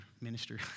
minister